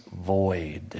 void